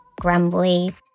grumbly